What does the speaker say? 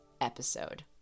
episode